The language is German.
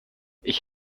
ich